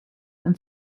and